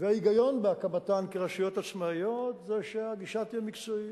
וההיגיון בהקמתן כרשויות עצמאיות הוא שהגישה תהיה מקצועית,